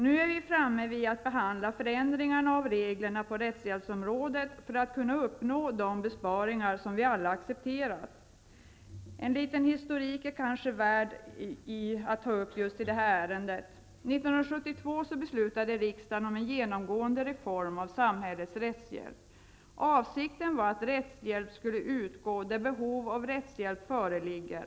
Nu är vi framme vid att behandla förändringarna av reglerna på rättshjälpsområdet, för att kunna uppnå de besparingar som vi alla har accepterat. En liten historik är kanske värd att ta upp i just det här ärendet. 1972 beslutade riksdagen om en genomgående reform av samhällets rättshjälp. Avsikten var att rättshjälp skulle utgå där behov av rättshjälp föreligger.